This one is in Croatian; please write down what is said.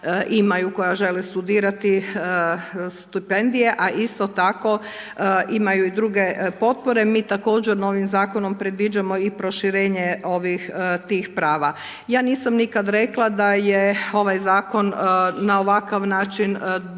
koja žele studirati, stipendije, a isto tako imaju i druge potpore. Mi također novim Zakonom predviđamo i proširenje tih prava. Ja nisam nikada rekla da je ovaj Zakon na ovakav način predložen